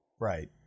Right